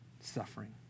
suffering